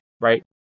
right